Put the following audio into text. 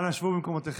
אנא שבו במקומותיכם.